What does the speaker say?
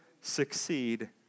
succeed